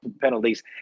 penalties